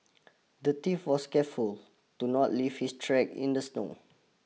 the thief was careful to not leave his track in the snow